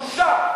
בושה.